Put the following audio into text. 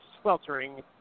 sweltering